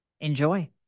Enjoy